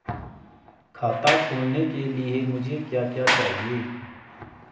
खाता खोलने के लिए मुझे क्या क्या चाहिए?